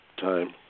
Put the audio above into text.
time